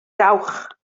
dawch